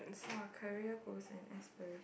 our career goals and aspiration